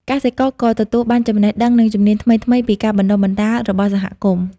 កសិករក៏ទទួលបានចំណេះដឹងនិងជំនាញថ្មីៗពីការបណ្ដុះបណ្ដាលរបស់សហគមន៍។